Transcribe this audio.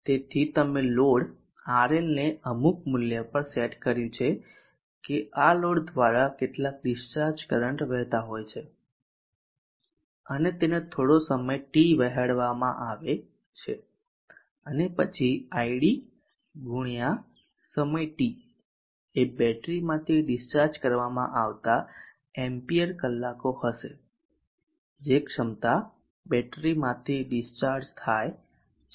તેથી તમે load RL ને અમુક મૂલ્ય પર સેટ કર્યું છે કે આ લોડ દ્વારા કેટલાક ડિસ્ચાર્જ કરંટ વહેતા હોય છે અને તેને થોડો સમય t વહેવાડાવામાં આવે છે પછી id ગુણ્યા સમય t એ બેટરીમાંથી ડિસ્ચાર્જ કરવામાં આવતા એમ્પીયર કલાકો હશે જે ક્ષમતા બેટરીમાંથી ડિસ્ચાર્જ થાય છે